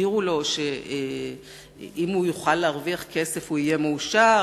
יבהירו לו שאם הוא יוכל להרוויח כסף הוא יהיה מאושר,